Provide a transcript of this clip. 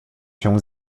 się